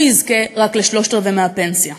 הוא יזכה רק לשלושת-רבעי מהפנסיה.